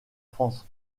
france